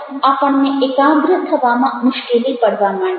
આપણને એકાગ્ર થવામાં મુશ્કેલી પડવા માંડે